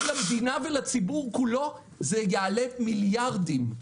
למדינה ולציבור כולו זה יעלה מיליארדים,